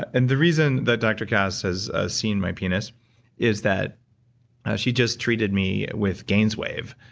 and the reason that dr. kass has ah seen my penis is that she just treated me with gainswave,